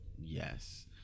yes